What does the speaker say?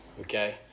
okay